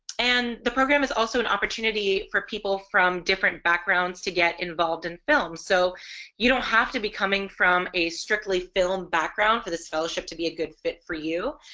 and the program is also an opportunity for people from different backgrounds to get involved in film so you don't have to be coming from a strictly film background for this fellowship to be a good fit for you.